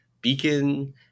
beacon